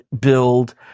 build